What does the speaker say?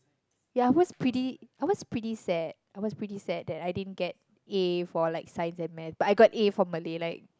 ya I was pretty I was pretty sad I was pretty sad that I didn't get A for like Science and math but I got A for Malay like